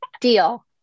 Deal